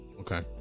Okay